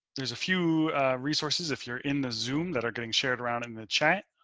there's a few resources. if you're in the zoom that are getting shared around in the chat,